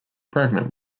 pregnant